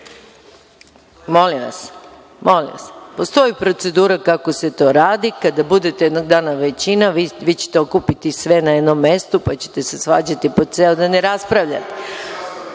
Molim vas, postoji procedura kako se to radi, kada budete jednoga dana većina vi ćete okupiti sve na jednom mestu pa ćete se svađati po ceo dan i raspravljati. Ali,